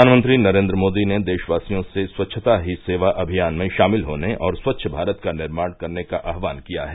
प्रधानमंत्री नरेन्द्र मोदी ने देशवासियों से स्वच्छता ही सेवा अभियान में शामिल होने और स्वच्छ भारत का निर्माण करने का आह्वान किया है